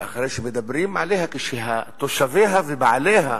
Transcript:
ואחרי שמדברים עליה כשתושביה ובעליה,